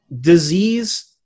disease